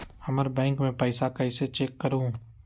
हमर बैंक में पईसा कईसे चेक करु?